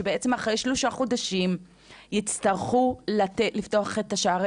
שבעצם אחרי שלושה חודשים יצטרכו לפתוח את שערי